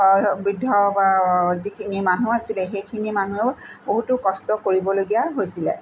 বৃদ্ধ বা যিখিনি মানুহ আছিলে সেইখিনি মানুহেও বহুতো কষ্ট কৰিবলগীয়া হৈছিলে